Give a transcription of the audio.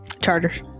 Chargers